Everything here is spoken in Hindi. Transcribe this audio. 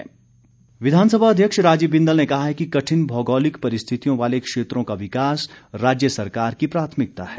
बिंदल विधानसभा अध्यक्ष राजीव बिंदल ने कहा है कि कठिन भौगोलिक परिस्थितियों वाले क्षेत्रों का विकास राज्य सरकार की प्राथमिकता है